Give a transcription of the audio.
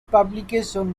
publication